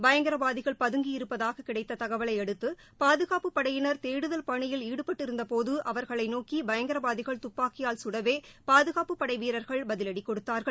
பயங்கரவாதிகள் பதங்கி இருப்பதாக கிடைத்த தகவலையடுத்து பாதுகாப்பு படையினர் தேடுதல் பணியில் ஈடுபட்டிருந்தபோது அவர்களை நோக்கி பயங்கரவாதிகள் தப்பாக்கியால் கடவே பாதுகாப்பு படை வீரர்கள் பதிவடி கொடுத்தார்கள்